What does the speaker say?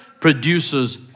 produces